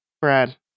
Brad